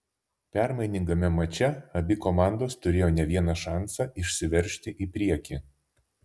permainingame mače abi komandos turėjo ne vieną šansą išsiveržti į priekį